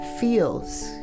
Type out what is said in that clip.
feels